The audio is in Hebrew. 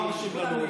מה הוא משיב לנו?